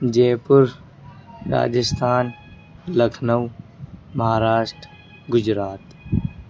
جے پور راجستھان لکھنؤ مہاراشٹر گجرات